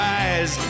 eyes